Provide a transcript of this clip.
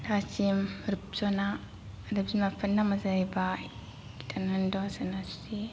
थाजिम रुपस'ना आरो बिमा फिफानि नामा जाहैबाय धनेनद्र' जन'स्रि